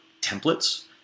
templates